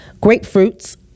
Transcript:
grapefruits